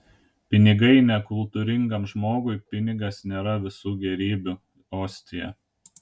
pinigai ne kultūringam žmogui pinigas nėra visų gėrybių ostija